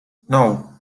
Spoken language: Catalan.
nou